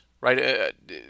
right